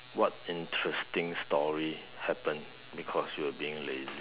what interesting story happened because you were being lazy